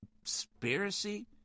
conspiracy